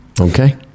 Okay